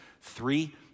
three